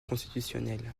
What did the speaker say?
constitutionnelle